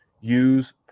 use